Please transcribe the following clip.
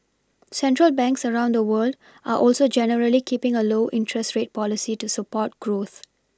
central banks around the world are also generally keePing a low interest rate policy to support growth